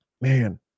Man